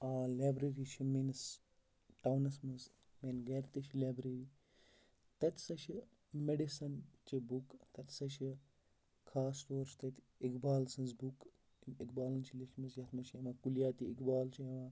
آ لیبرٔری چھِ میٛٲنِس ٹاونَس منٛز میٛانہِ گَرِ تہِ چھِ لایبرٔری تَتہِ ہسا چھِ میڈِسَنچہِ بُکہٕ تَتہِ سا چھِ خاص طور چھِ تَتہِ اقبال سٕنٛز بُکہٕ اقبالَن چھِ لیچھمٕژ یَتھ منٛز اِوان کُلیاتِ اقبال چھِ یِوان